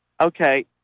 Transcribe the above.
okay